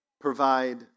provide